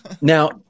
Now